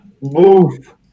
Move